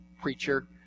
preacher